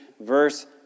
verse